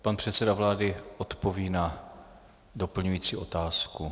Pan předseda vlády odpoví na doplňující otázku.